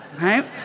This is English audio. right